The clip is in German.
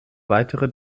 weitere